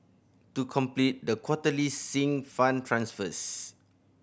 to complete the quarterly Sinking Fund transfers